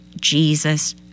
Jesus